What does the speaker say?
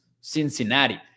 Cincinnati